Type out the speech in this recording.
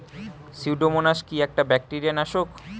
Pseudomonas কি একটা bacteria নাশক?